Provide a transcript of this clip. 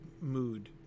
mood